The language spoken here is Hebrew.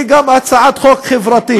והיא גם הצעת חוק חברתית.